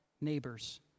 neighbor's